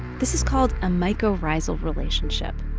this is called a mycorrhizal relationship.